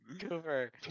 Cooper